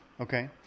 okay